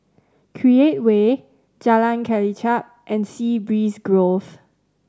Create Way Jalan Kelichap and Sea Breeze Grove